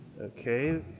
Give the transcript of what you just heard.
Okay